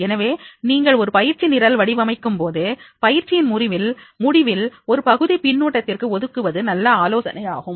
எனவே நீங்கள் ஒரு பயிற்சி நிரல் வடிவமைக்கும்போது பயிற்சியின் முடிவில் ஒரு பகுதி பின்னூட்டத்திற்கு ஒதுக்குவது நல்ல ஆலோசனையாகும்